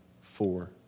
four